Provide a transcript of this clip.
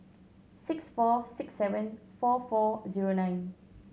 six four six seven four four zero nine